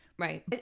Right